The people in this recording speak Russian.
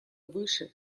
выше